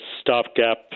stopgap